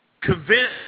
convince